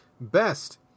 Best